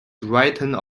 written